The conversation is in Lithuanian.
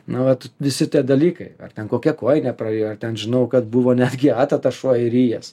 nu vat visi tie dalykai ar ten kokią kojinę prarijo ir ten žinau kad buvo netgi adata šuo įrijęs